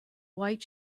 white